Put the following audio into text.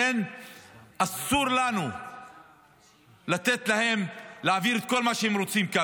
לכן אסור לנו לתת להם להעביר כאן בחוקים את כל מה שהם רוצים.